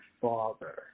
Father